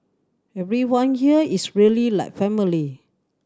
everyone here is really like family